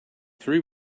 three